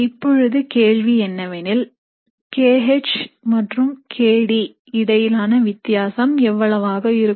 இப்பொழுது கேள்வி என்னவெனில் kH மற்றும் kDக்கு இடையிலான வித்தியாசம் எவ்வளவாக இருக்கும்